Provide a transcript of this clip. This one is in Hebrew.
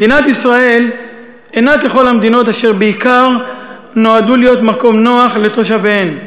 מדינת ישראל אינה ככל המדינות אשר בעיקר נועדו להיות מקום נוח לתושביהן.